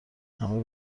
همه